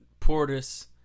Portis